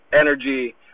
energy